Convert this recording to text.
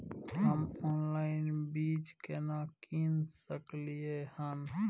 हम ऑनलाइन बीज केना कीन सकलियै हन?